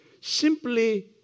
Simply